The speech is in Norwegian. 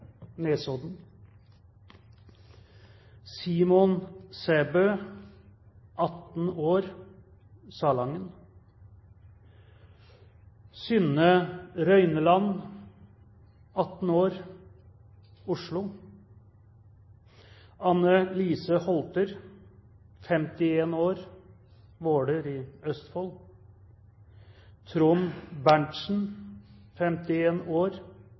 Nesodden Simon Sæbø, 18 år, Salangen Synne Røyneland, 18 år, Oslo Anne Lise Holter, 51 år, Våler i Østfold Trond Berntsen, 51 år,